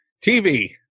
TV